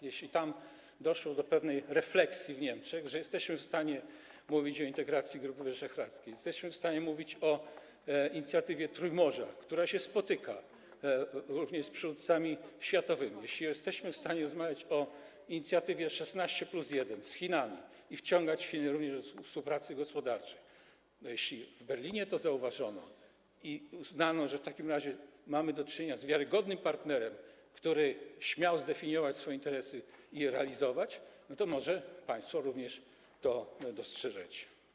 jeśli doszło do pewnej refleksji w Niemczech, że jesteśmy w stanie mówić o integracji Grupy Wyszehradzkiej, jesteśmy w stanie mówić o inicjatywie Trójmorza, które się spotyka również z przywódcami światowymi, jesteśmy w stanie rozmawiać o inicjatywie 16+1 z Chinami i wciągać Chiny również do współpracy gospodarczej, jeśli w Berlinie to zauważono i uznano, że w takim razie mają do czynienia z wiarygodnym partnerem, który śmiał zdefiniować swoje interesy i je realizować, to może państwo również to dostrzeżecie.